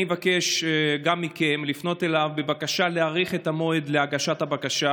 אני מבקש גם מכם לפנות אליו בבקשה להאריך את הזמן להגשת הבקשה,